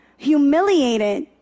humiliated